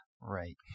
Right